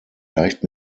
leicht